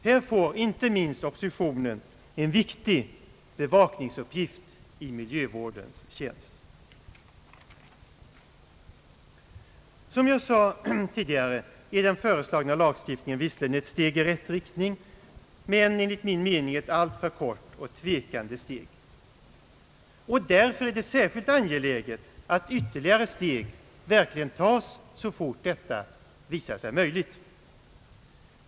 Här får inte minst oppositionen en viktig bevakningsuppgift i miljövårdens tjänst. Som jag sade tidigare är den föreslagna lagstiftningen visserligen ett steg i rätt riktning men enligt min mening ett alltför kort och tvekande steg. Därför är det särskilt angeläget att ytterligare steg verkligen tas, så fort detta visar sig möjligt.